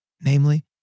namely